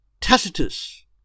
Tacitus